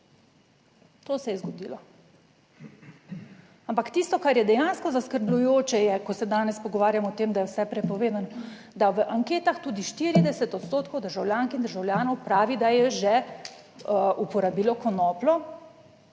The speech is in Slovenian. To se je zgodilo. Ampak tisto, kar je dejansko zaskrbljujoče, je, ko se danes pogovarjamo o tem, da je vse prepovedano, da v anketah tudi 40 % državljank in državljanov pravi, da je že uporabilo konopljo